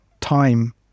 time